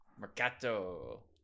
Mercato